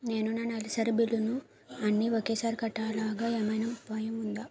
నేను నా నెలసరి బిల్లులు అన్ని ఒకేసారి కట్టేలాగా ఏమైనా ఉపాయం ఉందా?